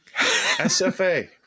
SFA